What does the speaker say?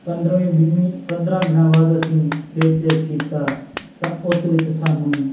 ਪੰਦਰ੍ਹਵੇਂ ਵੀਹਵੇਂ ਪੰਦਰ੍ਹਾਂ ਦਿਨਾਂ ਬਾਅਦ ਅਸੀਂ ਫਿਰ ਚੈੱਕ ਕੀਤਾ ਤਾਂ ਉਸ ਵਿੱਚ ਸਾਨੂੰ